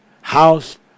house